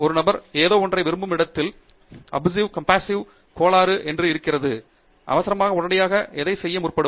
ஒரு நபர் ஏதோ ஒன்றை விரும்பும் இடத்தில் அப்செஸிவ்வ் கம்ப்யூஸ்சிவ் கோளாறு என்று ஒன்று இருக்கிறது அவசரமாக உடனடியாக எதையும் செய்ய முற்படுவர்